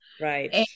Right